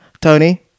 Tony